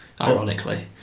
ironically